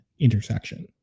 intersection